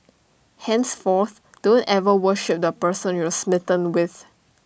henceforth don't ever worship the person you're smitten with